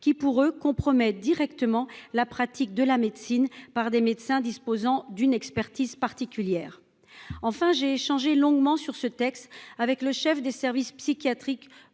qui, selon lui, compromet directement la pratique de la médecine par des médecins disposant d’une expertise particulière. J’ai échangé longuement sur ce texte avec le chef des services psychiatriques